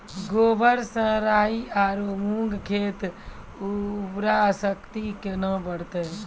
गोबर से राई आरु मूंग खेत के उर्वरा शक्ति केना बढते?